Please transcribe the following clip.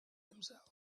himself